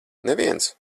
neviens